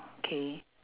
K